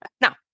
Now